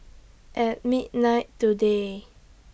At midnight today